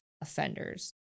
offenders